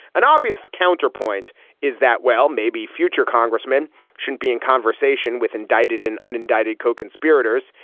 an obvious counterpoint is that, well, maybe future congressmen should be in conversation with indicted and unindicted co-conspirators.